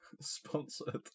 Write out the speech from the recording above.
Sponsored